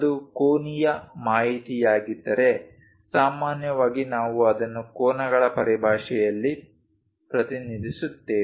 ಅದು ಕೋನೀಯ ಮಾಹಿತಿಯಾಗಿದ್ದರೆ ಸಾಮಾನ್ಯವಾಗಿ ನಾವು ಅದನ್ನು ಕೋನಗಳ ಪರಿಭಾಷೆಯಲ್ಲಿ ಪ್ರತಿನಿಧಿಸುತ್ತೇವೆ